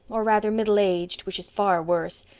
or rather middle-aged, which is far worse,